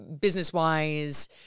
business-wise